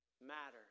matter